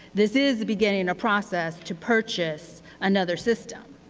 this is beginning a process to purchase another system.